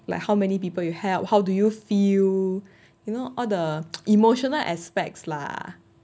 like how many people you help how do you feel you know all the emotional aspects lah